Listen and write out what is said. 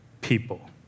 people